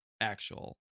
actual